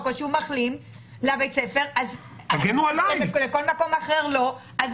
או שהוא מחלים לבית הספר ולכל מקום אחר לא,